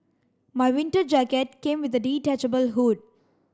my winter jacket came with the detachable hood